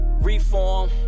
reform